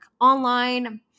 online